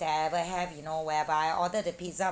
that I ever have you know whereby I order the pizza